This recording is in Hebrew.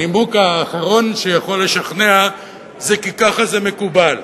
הנימוק האחרון שיכול לשכנע זה "כי ככה זה מקובל",